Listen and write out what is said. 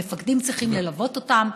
מפקדים צריכים ללוות אותם,